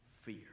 fear